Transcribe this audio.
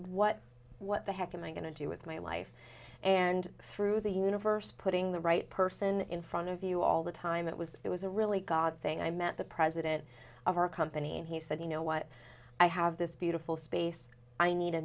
what what the heck am i going to do with my life and through the universe putting the right person in front of you all the time it was it was a really god thing i met the president of our company and he said you know what i have this beautiful space i need a